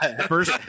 First